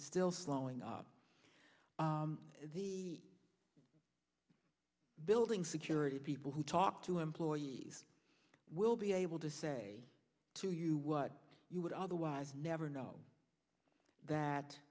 is still slowing up the building security people who talk to employees will be able to say to you what you would otherwise never know that